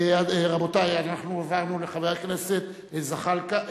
רבותי, אנחנו עברנו לחבר הכנסת זחאלקה.